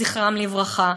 זכרם לברכה,